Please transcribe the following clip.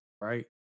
right